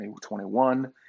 2021